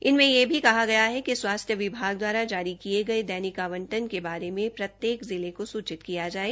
इनमें यह भी है कि स्वास्थ्य विभाग दवारा जारी किए गए दैनिक आवंटन के बारे में प्रत्येक जिले को सूचित किया जाए